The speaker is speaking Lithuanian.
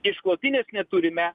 išklotinės neturime